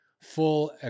full